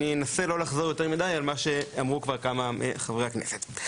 ואנסה לא לחזור יותר מדי על מה שכבר אמרו כמה מחברי הכנסת.